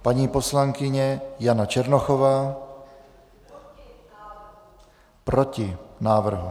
Paní poslankyně Jana Černochová: Proti návrhu.